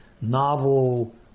novel